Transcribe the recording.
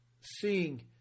seeing